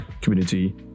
community